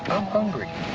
hungry.